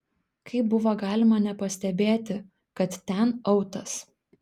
kaip buvo galima nepastebėti kad ten autas